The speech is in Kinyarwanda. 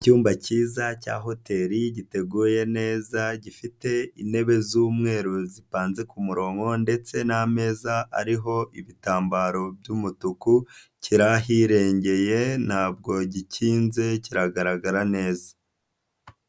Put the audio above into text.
Icyumba cyiza cya hoteri giteguye neza, gifite intebe z'umweru zipanze kumurongo ndetse nameza, ariho ibitambaro by'umutuku, kirahirengeye ntabwo gikinze kiragaragara neza.